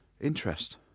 interest